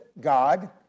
God